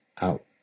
out